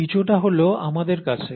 কিছুটা হলেও আমাদের আছে